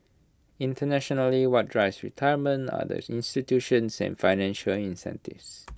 internationally what drives retirement are the institutions and financial incentives